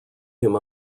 him